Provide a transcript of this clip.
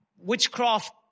Witchcraft